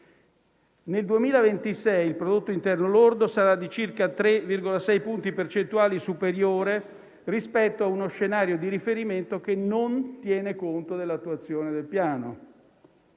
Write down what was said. Nel 2026 il prodotto interno lordo sarà di circa 3,6 punti percentuali superiore rispetto a uno scenario di riferimento che non tiene conto dell'attuazione del Piano.